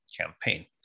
campaign